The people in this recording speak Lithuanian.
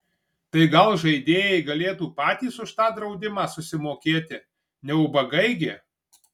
tai gal žaidėjai galėtų patys už tą draudimą susimokėti ne ubagai gi